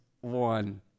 one